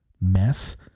mess